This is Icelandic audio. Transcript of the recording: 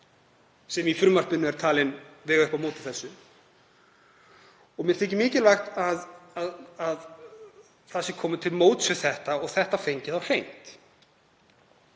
sem í frumvarpinu er talin vega upp á móti þessu, og mér þykir mikilvægt að komið sé til móts við þetta og þetta fengið á hreint.